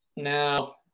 Now